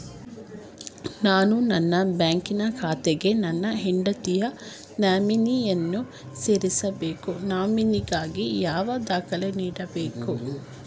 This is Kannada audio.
ನಾನು ನನ್ನ ಬ್ಯಾಂಕಿನ ಖಾತೆಗೆ ನನ್ನ ಹೆಂಡತಿಯ ನಾಮಿನಿಯನ್ನು ಸೇರಿಸಬೇಕು ನಾಮಿನಿಗಾಗಿ ಯಾವ ದಾಖಲೆ ನೀಡಬೇಕು?